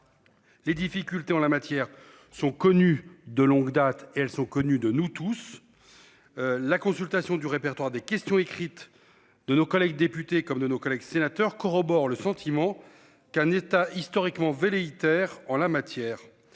Les difficultés en la matière sont connus de longue date et elles sont connues de nous tous. La consultation du répertoire des questions écrites. De nos collègues députés comme de nos collègues sénateurs corrobore le sentiment qu'un État historiquement velléitaire en la matière